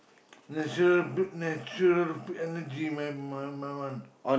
natural natural built energy my my my one